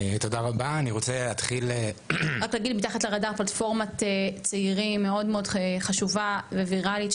"מתחת לרדאר" היא פלטפורמת צעירים מאוד מאוד חשובה וויראלית,